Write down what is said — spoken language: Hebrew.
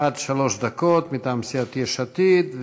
מטעם סיעת יש עתיד.